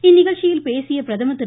இந்நிகழ்ச்சியில் பேசிய பிரதமர் திரு